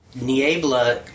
Niebla